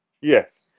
Yes